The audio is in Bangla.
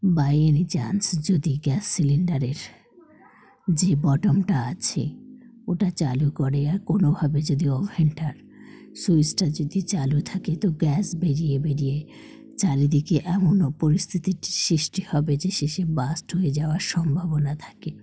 বাই এনি চান্স যদি গ্যাস সিলিন্ডারের যে বাটনটা আছে ওটা চালু করে আর কোনোভাবে যদি ওভেনটার সুইচটা যদি চালু থাকে তো গ্যাস বেরিয়ে বেরিয়ে চারিদিকে এমনও পরিস্থিতিটির সৃষ্টি হবে যে শেষে ব্লাস্ট হয়ে যাওয়ার সম্ভাবনা থাকে